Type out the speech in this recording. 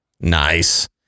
Nice